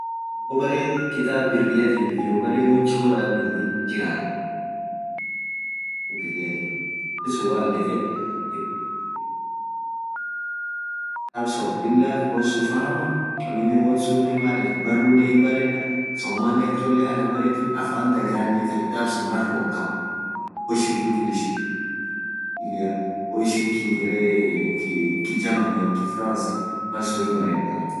hoo baree kitaab biriatiif hyo baree woan choraa biriaa jiraat baree woan choraatikitaab soam lilaa woansun fahamaa aminen barunen himbaretaa somanen akcolee anaa baretii afaan daganeen kaa kitaab sun baruu kaab, hoo ishin englishii, hoo ishin kiswahilia, hoo ishin kijamania, hoo ishiin fransii malsun himbaredaa.